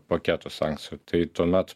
paketų sankcijų tai tuomet